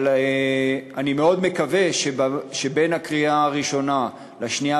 אבל אני מאוד מקווה שבין הקריאה הראשונה לשנייה